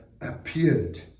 appeared